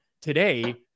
today